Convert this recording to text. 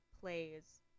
plays